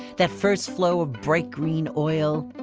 that first flow of bright green oil.